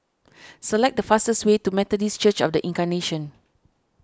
select the fastest way to Methodist Church of the Incarnation